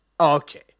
okay